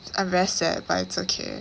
I'm very sad but it's okay